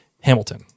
hamilton